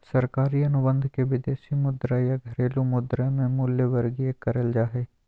सरकारी अनुबंध के विदेशी मुद्रा या घरेलू मुद्रा मे मूल्यवर्गीत करल जा हय